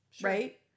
right